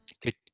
good